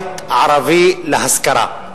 בית ערבי להשכרה.